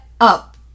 up